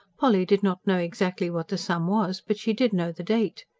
polly did not know exactly what the sum was but she did know the date.